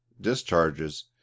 discharges